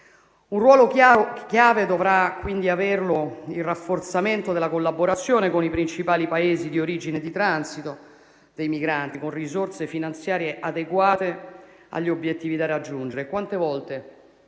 Un ruolo chiave dovrà quindi averlo il rafforzamento della collaborazione con i principali Paesi di origine e di transito dei migranti, con risorse finanziarie adeguate agli obiettivi da raggiungere.